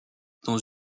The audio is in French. dans